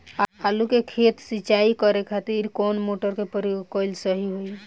आलू के खेत सिंचाई करे के खातिर कौन मोटर के प्रयोग कएल सही होई?